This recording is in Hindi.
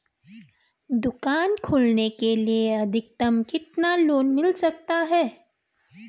दुकान खोलने के लिए अधिकतम कितना लोन मिल सकता है?